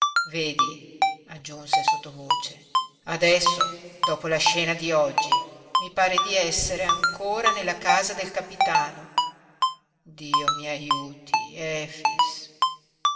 vedi aggiunse sottovoce adesso dopo la scena di oggi mi pare di essere ancora nella casa del capitano dio mi aiuti efix